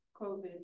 COVID